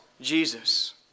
Jesus